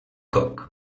koch